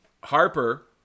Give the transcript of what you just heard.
Harper